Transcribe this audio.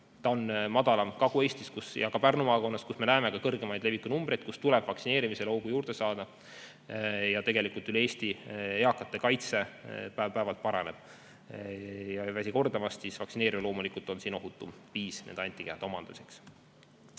See on madalam Kagu-Eestis ja ka Pärnu maakonnas, kus me näeme suuremaid levikunumbreid ja kus tuleb vaktsineerimisel hoogu juurde saada. Ja tegelikult üle Eesti eakate kaitse päev-päevalt paraneb. Ma ei väsi aga kordamast, et vaktsineerimine loomulikult on ohutum viis nende antikehade omandamiseks.